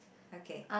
okay